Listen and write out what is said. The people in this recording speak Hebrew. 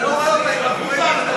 אתה לא רואה אותה, היא מאחורי ביטן.